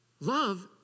Love